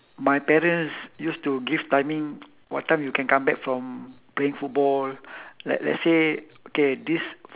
my parents used to give timing what time you can come back from playing football like let's say okay this